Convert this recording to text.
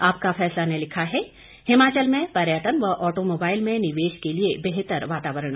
आपका फैसला ने लिखा है हिमाचल में पर्यटन व ऑटोमोबाइल में निवेश के लिए बेहतर वातावरण